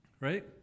Right